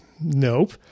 Nope